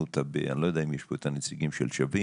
אותה ב אני לא יודע אם יש פה את הנציגים של 'שווים'.